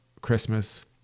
christmas